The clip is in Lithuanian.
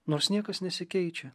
nors niekas nesikeičia